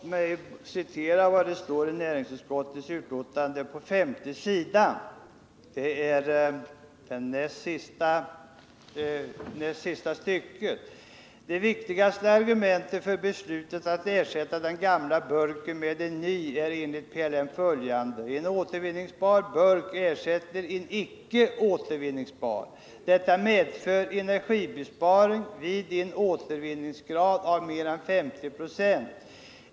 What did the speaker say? Herr talman! Låt mig citera vad som står på s. 5 i näringsutskottets betänkande: ”De viktigaste argumenten för beslutet att ersätta den gamla burken med en ny är enligt PLM följande. En återvinningsbar burk ersätter en icke återvinningsbar. Detta medför energibesparing vid en återvinningsgrad av mer än ca 50 Jo.